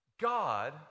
God